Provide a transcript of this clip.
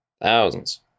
thousands